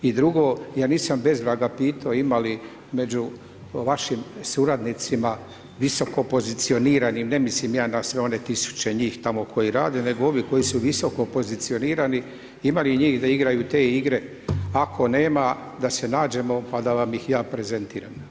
I drugo, ja nisam bez vraga pitao ima li među vašim suradnicima visokopozicioniranim, ne mislim ja na sve one tisuće njih koji rade nego ove koji su visokopozicionirani, ima li njih da igraju te igre, ako nema da se nađemo, pa da vam ih ja prezentiram.